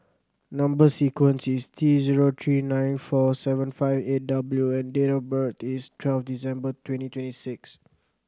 number sequence is T zero three nine four seven five eight W and date of birth is twelve December twenty twenty six